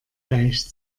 deich